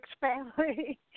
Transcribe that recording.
family